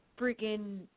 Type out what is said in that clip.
freaking